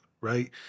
right